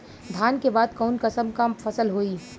धान के बाद कऊन कसमक फसल होई?